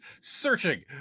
searching